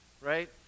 right